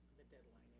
the deadline,